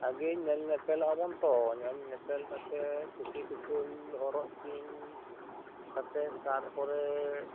ᱟᱜᱮ ᱧᱮᱞ ᱧᱮᱯᱮᱞᱚᱜᱼᱟ ᱵᱚᱱ ᱛᱚ ᱧᱮᱞ ᱧᱮᱯᱮᱞ ᱠᱟᱛᱮᱜ ᱠᱩᱥᱤ ᱠᱩᱥᱟᱹᱞ ᱫᱚ ᱦᱚᱨᱚᱜ ᱪᱤᱱ ᱠᱟᱛᱮᱜ ᱛᱟᱨᱯᱚᱨᱮ